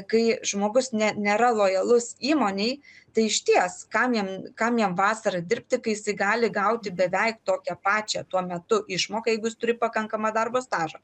kai žmogus ne nėra lojalus įmonei tai išties kam jam kam jam vasarą dirbti kai jisai gali gauti beveik tokią pačią tuo metu išmoką jeigu jis turi pakankamą darbo stažą